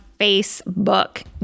Facebook